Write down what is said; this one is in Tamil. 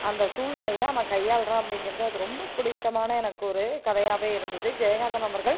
அந்த சூழ்நிலைய அவன் கையாள்கிறான் அப்படிங்கிறது அது ரொம்ப புடித்தமான எனக்கு ஒரு கதையாவே இருந்துது ஜெயகாந்தன் அவர்கள்